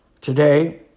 Today